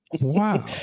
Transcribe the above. Wow